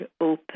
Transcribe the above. open